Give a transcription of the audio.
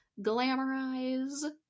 glamorize